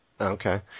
Okay